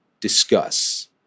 discuss